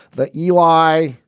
the eli,